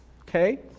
okay